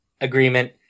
Agreement